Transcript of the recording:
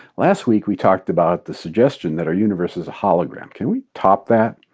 last week we talked about the suggestion that our universe is a hologram. can we top that?